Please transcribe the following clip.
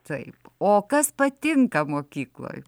taip o kas patinka mokykloj